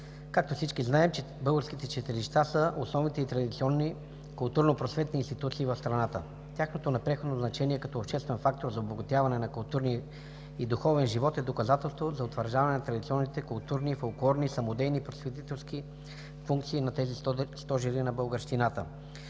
Както всички знаят, българските читалища са основните и традиционни културно-просветни институции в страната. Тяхното непреходно значение като обществен фактор за обогатяване на културния и духовен живот е доказателство за утвърждаване на традиционните културни, фолклорни, самодейни и просветителски функции на тези стожери на българщината.